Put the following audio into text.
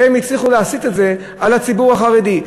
הם הצליחו להסיט את זה אל הציבור החרדי.